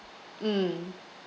mm